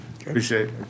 Appreciate